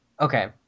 okay